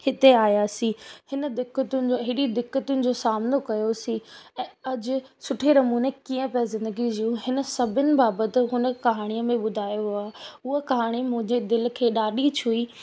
हिते आयासीं हिन दिक़तियुनि जो हेॾी दिक़तियुनि जो सामनो कयोसीं ऐं अॼु सुठे नमूने कीअं पिया ज़िंदगीअ जूं हिन सभिनी बाबति हुन कहाणीअ में ॿुधायो आहे उहा कहाणी मुंहिंजे दिलि खे ॾाढी छुई